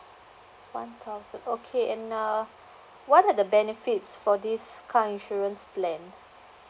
one thousand okay and uh what are the benefits for this car insurance plan